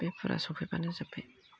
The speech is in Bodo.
बे फुरा सफैबानो जोबबाय